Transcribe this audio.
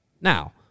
Now